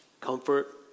Comfort